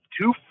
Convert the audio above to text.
two